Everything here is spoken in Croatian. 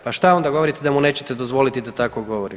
Pa šta onda govorite da mu nećete dozvoliti da tako govori?